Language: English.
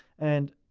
and,